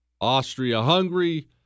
Austria-Hungary